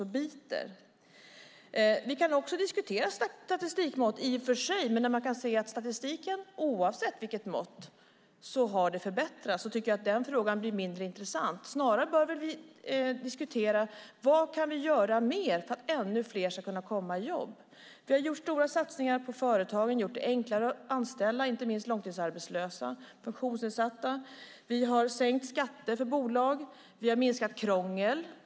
I och för sig kan vi också diskutera statistikmått. Men när man kan se att statistiken, oavsett mått, har förbättrats tycker jag att den frågan blir mindre intressant. Snarare bör vi väl diskutera vad mer vi kan göra för att ännu fler ska kunna komma i jobb. Vi har gjort stora satsningar på företagen och gjort det enklare att anställa, inte minst långtidsarbetslösa och personer med funktionsnedsättningar. Vi har sänkt skatter för bolag. Vi har minskat krångel.